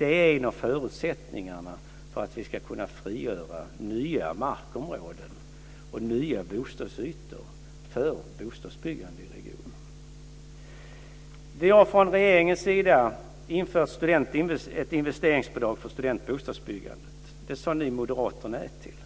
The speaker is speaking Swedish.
Det är en av förutsättningarna för att vi ska kunna frigöra nya markområden och nya bostadsytor för bostadsbyggande i regionen. Vi har från regeringens sida infört ett investeringsbidrag för studentbostadsbyggande. Det sade ni moderater nej till.